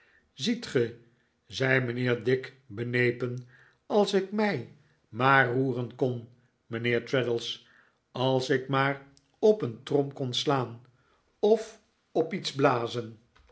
ziet ge zei mijnheer dick benepen als ik mij maar roeren kon mijnheer traddles als ik maar op een trom kon slaan of op iets blazenlv